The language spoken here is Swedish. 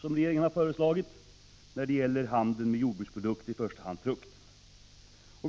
som regeringen har föreslagit när det gäller handeln med jordbruksprodukter.